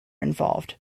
involved